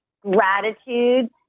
gratitude